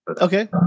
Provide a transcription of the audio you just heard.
Okay